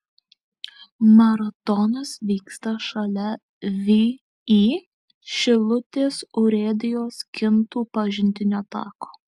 maratonas vyksta šalia vį šilutės urėdijos kintų pažintinio tako